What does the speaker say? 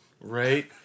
Right